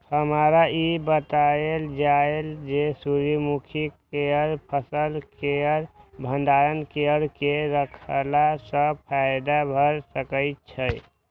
हमरा ई बतायल जाए जे सूर्य मुखी केय फसल केय भंडारण केय के रखला सं फायदा भ सकेय छल?